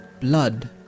blood